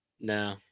No